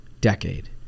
decade